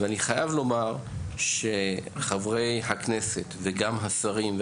ואני חייב לומר שחברי הכנסת וגם השרים,